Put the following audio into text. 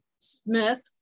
Smith